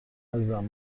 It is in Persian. عزیزم